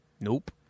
Nope